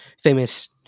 famous